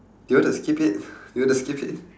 do you want to skip it do you want to skip it